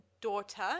daughter